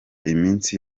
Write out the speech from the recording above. iminsi